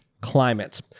climate